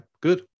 Good